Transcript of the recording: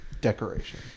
decoration